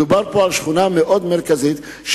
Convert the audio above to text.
מדובר על שכונה מאוד מרכזית,